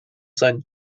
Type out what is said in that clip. sein